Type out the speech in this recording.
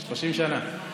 30 שנה?